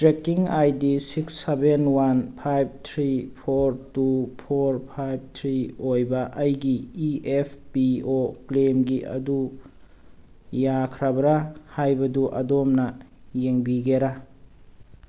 trekking I D six seven one five three four two four five three ꯑꯣꯏꯕ ꯑꯩꯒꯤ E F P O ꯀ꯭ꯂꯦꯝꯒꯤ ꯑꯗꯨ ꯌꯥꯈ꯭ꯔꯕ꯭ꯔꯥ ꯍꯥꯏꯕꯗꯨ ꯑꯗꯣꯝꯅ ꯌꯦꯡꯕꯤꯒꯦꯔꯥ